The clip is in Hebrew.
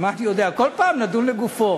מה אתה יודע, כל פעם נדון לגופו.